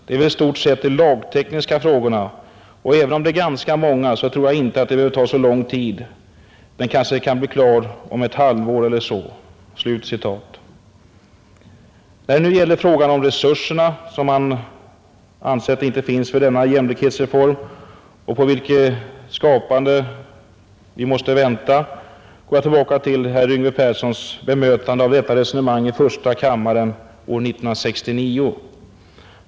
Det är väl i stort sett de lagtekniska frågorna, och även om de är ganska många, tror jag inte de behöver ta så lång tid — den kanske kan bli klar om ett halvår eller så.” När det nu gäller frågan om resurserna, som man ansett inte finns för denna jämlikhetsreform, och på vilkas skapande vi måste vänta, går jag tillbaka till herr Yngve Perssons bemötande av detta resonemang i första kammaren år 1969.